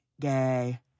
gay